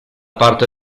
parte